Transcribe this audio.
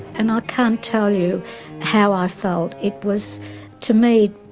and i can't tell you how i felt. it was to me,